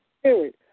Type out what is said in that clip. spirit